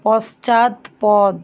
পশ্চাৎপদ